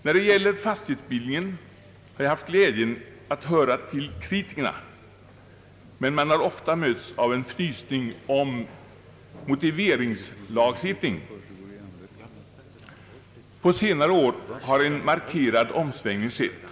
När det gäller fastighetsbildningslagstiftning har jag haft glädjen att höra till kritikerna, som arbetat för en enklare lagstiftning, men vi har ofta mötts av en fnysning om motiveringslagstiftning. På senare år har en markerad omsvängning skett.